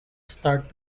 start